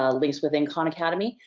ah links within khan academy.